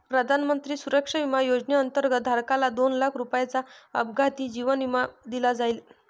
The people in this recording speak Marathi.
प्रधानमंत्री सुरक्षा विमा योजनेअंतर्गत, धारकाला दोन लाख रुपयांचा अपघाती जीवन विमा दिला जाईल